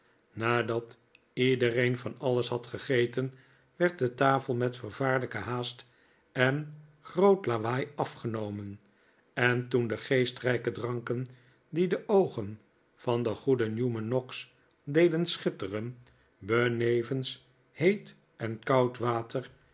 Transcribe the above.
nadat iedereen van alles had gegeten werd de tafel met vervaarlijke haast en groot lawaai afgenomen en toen de geestrijke dranken die de oogen van den goeden newman noggs deden schitteren benevens heet en koud water